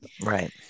Right